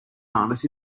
harness